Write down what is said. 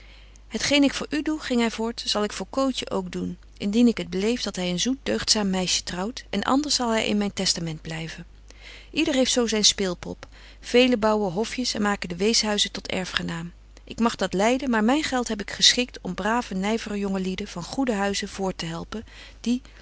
het geen ik voor u doe ging hy voort zal ik voor cootje ook doen indien ik het beleef dat hy een zoet deugdzaam meisje trouwt en anders zal hy in myn testament blyven yder heeft zo al zyn speelpop velen bouwen hofjes en maken de weeshuizen tot erfgenaam ik mag dat lyden maar myn geld heb ik geschikt om brave nyvere jongelieden van goeden huize voorttehelpen die